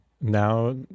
now